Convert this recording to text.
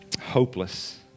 hopeless